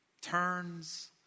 turns